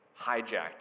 hijacked